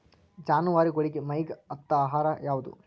ಜಾನವಾರಗೊಳಿಗಿ ಮೈಗ್ ಹತ್ತ ಆಹಾರ ಯಾವುದು?